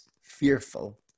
fearful